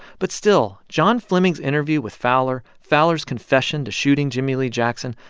but still, john fleming's interview with fowler, fowler's confession to shooting jimmie lee jackson,